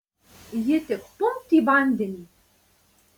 ji tik pumpt į vandenį